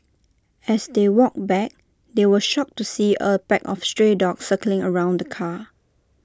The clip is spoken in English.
as they walked back they were shocked to see A pack of stray dogs circling around the car